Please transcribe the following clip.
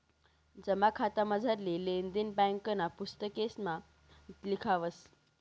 जमा खातामझारली लेन देन ब्यांकना पुस्तकेसमा लिखावस